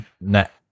net